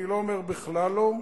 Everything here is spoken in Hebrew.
אני לא אומר בכלל לא,